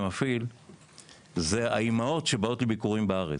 מפעיל היא האימהות שבאות לביקורים בארץ,